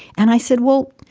and i said, well,